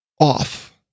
off